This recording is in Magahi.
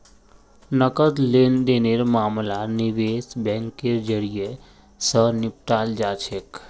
नकद लेन देनेर मामला निवेश बैंकेर जरियई, स निपटाल जा छेक